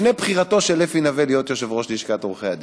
לפני בחירתו של אפי נווה ליושב-ראש לשכת עורכי הדין,